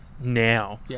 now